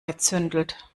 gezündelt